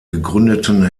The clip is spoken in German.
gegründeten